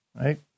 Right